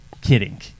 Kidding